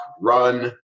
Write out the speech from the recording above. run